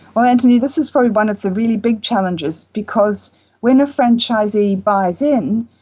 well antony, this is probably one of the really big challenges, because when a franchisee buys in,